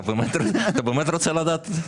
אתה באמת רוצה לדעת?